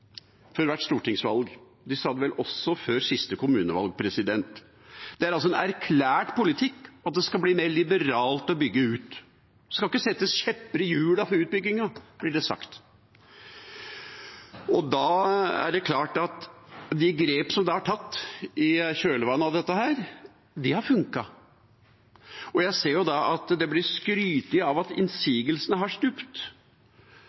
hvert stortingsvalg. De sa det vel også før siste kommunevalg. Det er altså en erklært politikk at det skal bli mer liberalt å bygge ut. Det skal ikke stikkes kjepper i hjulene for utbyggingen, blir det sagt. De grepene som har blitt tatt i kjølvannet av dette, har funket. Det skrytes av at antallet innsigelser har stupt. Selvfølgelig har antallet innsigelser stupt når det